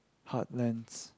heartlands